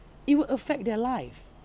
it will affect their life